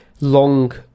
long